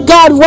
God